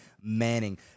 Manning